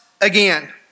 again